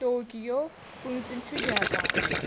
Tokyo پٲنٛژِم چھُ Japan